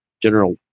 General